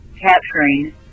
capturing